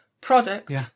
product